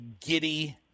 giddy